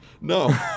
No